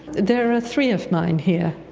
there are three of mine here,